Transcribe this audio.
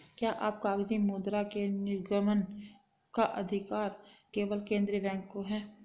क्या कागजी मुद्रा के निर्गमन का अधिकार केवल केंद्रीय बैंक को है?